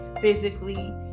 physically